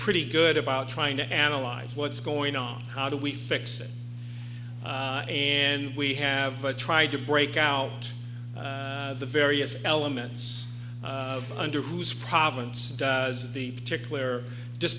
pretty good about trying to analyze what's going on how do we fix it and we have tried to break out the various elements of under whose province does the particular